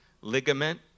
ligament